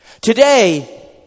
Today